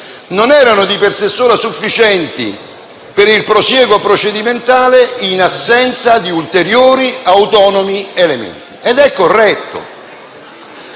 non erano di per sé sufficienti per il prosieguo procedimentale, in assenza di ulteriori autonomi elementi. Questo è corretto.